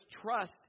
trust